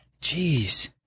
Jeez